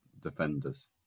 defenders